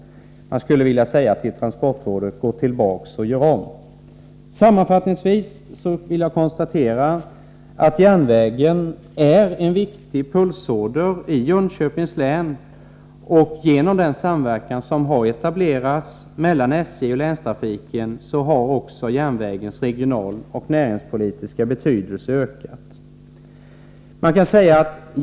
Jag skulle vilja säga till transportrådet: Gå tillbaka och gör om! Sammanfattningsvis vill jag konstatera att järnvägen är en viktig pulsåder i Jönköpings län. Genom den samverkan som har etablerats mellan SJ och länstrafiken har också järnvägens regionaloch näringspolitiska betydelse ökat.